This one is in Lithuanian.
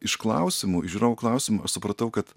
iš klausimų iš žiūrovų klausimų aš supratau kad